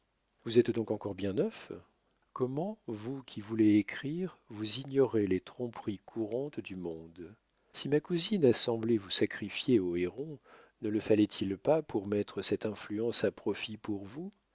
vous êtes donc encore bien neuf comment vous qui voulez écrire vous ignorez les tromperies courantes du monde si ma cousine a semblé vous sacrifier au héron ne le fallait-il pas pour mettre cette influence à profit pour vous